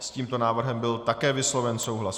S tímto návrhem byl také vysloven souhlas.